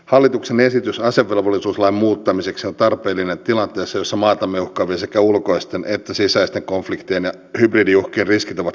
hallituksen esitys asevelvollisuuslain muuttamiseksi on tarpeellinen tilanteessa jossa maatamme uhkaavien sekä ulkoisten että sisäisten konfliktien ja hybridiuhkien riskit ovat kasvaneet